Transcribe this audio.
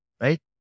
right